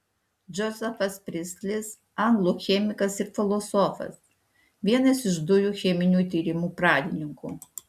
džozefas pristlis anglų chemikas ir filosofas vienas iš dujų cheminių tyrimų pradininkų